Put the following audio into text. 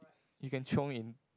you can chiong in